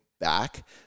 back